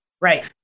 Right